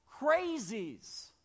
crazies